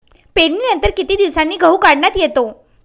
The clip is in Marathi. पेरणीनंतर किती दिवसांनी गहू काढण्यात येतो?